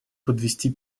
подвести